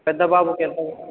పెద్దబాబుకు ఎంత వయస్సు